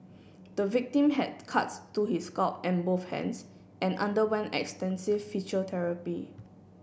the victim had cuts to his scalp and both hands and underwent extensive physiotherapy